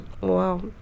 wow